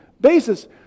basis